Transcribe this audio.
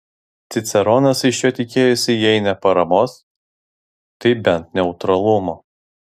ciceronas iš jo tikėjosi jei ne paramos tai bent neutralumo